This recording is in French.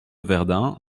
verdun